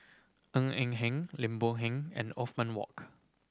Ng Eng Hen Lim Boon Heng and Othman Wok